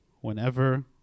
whenever